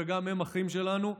וגם הם אחים שלנו.